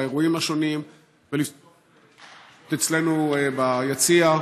באירועים השונים ונמצאות אצלנו ביציע.